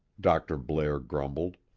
dr. blair grumbled.